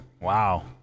wow